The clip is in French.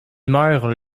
meurt